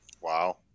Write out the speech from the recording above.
Wow